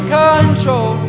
control